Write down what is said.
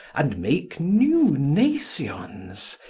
and make new nations.